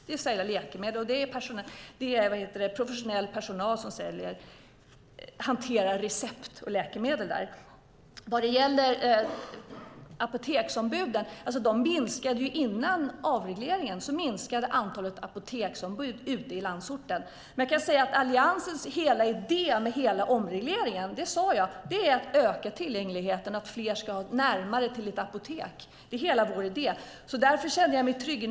Det är att sälja läkemedel, och det är professionell personal som hanterar recept och läkemedel där. Vad gäller apoteksombuden minskade antalet apoteksombud ute i landsorten redan före avregleringen. Jag sade att Alliansens hela idé med omregleringen var att öka tillgängligheten så att fler har närmare till ett apotek. Det är hela vår idé. Därför känner jag mig trygg.